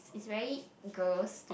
it's very gross